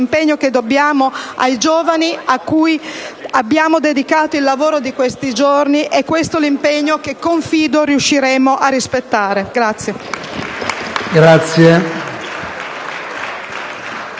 l'impegno che dobbiamo ai giovani, ai quali abbiamo dedicato il lavoro di questi giorni. È questo l'impegno che confido riusciremo a rispettare.